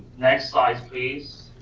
next slide, please.